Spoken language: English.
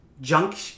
junk